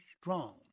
strong